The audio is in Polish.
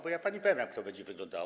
Bo ja pani powiem, jak to będzie wyglądało.